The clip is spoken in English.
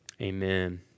Amen